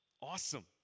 Awesome